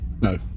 No